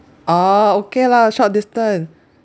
oh okay lah short distance